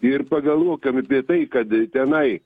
ir pagalvokim apie tai kad tenai